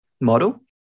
model